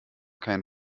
kein